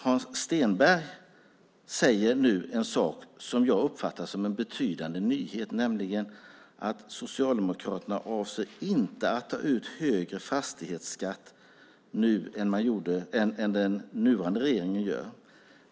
Hans Stenberg säger nu en sak som jag uppfattar som en betydande nyhet, nämligen att Socialdemokraterna inte avser att ta ut högre fastighetsskatt än den nuvarande regeringen gör.